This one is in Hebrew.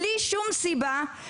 בלי שום סיבה,